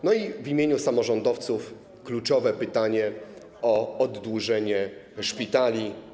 I w imieniu samorządowców kluczowe pytanie o oddłużenie szpitali.